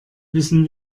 wissen